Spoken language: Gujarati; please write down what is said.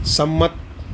સંમત